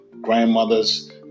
grandmothers